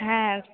হ্যাঁ